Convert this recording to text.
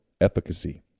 efficacy